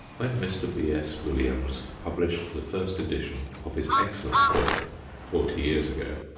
when mr. b s. williams published the first edition of his excellent book forty years ago,